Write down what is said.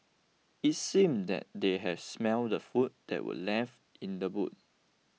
it seemed that they had smelt the food that were left in the boot